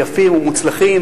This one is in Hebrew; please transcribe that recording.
יפים ומוצלחים,